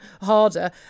harder